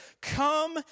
come